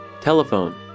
Telephone